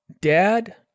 dad